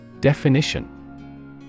Definition